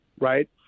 Right